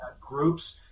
groups